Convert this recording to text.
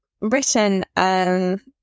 written